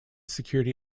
security